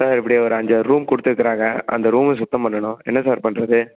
sir இப்படி ஒரு அஞ்சாறு ரூம் கொடுத்துருக்குறாங்க அந்த ரூமை சுத்தம் பண்ணணும் என்ன சார் பண்ணுறது